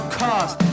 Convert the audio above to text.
cost